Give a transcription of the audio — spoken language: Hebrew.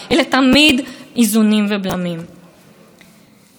הרי אם טיעוני המשילות הללו היו נשמעים לפני 20 שנה,